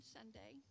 Sunday